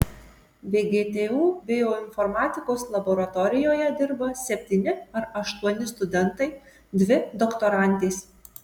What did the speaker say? vgtu bioinformatikos laboratorijoje dirba septyni ar aštuoni studentai dvi doktorantės